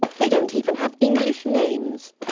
they don't even have english names.